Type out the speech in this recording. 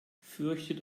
fürchtet